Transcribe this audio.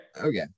okay